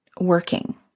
working